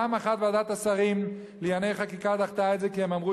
פעם אחת ועדת השרים לענייני חקיקה דחתה את זה כי הם אמרו